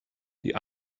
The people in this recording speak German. die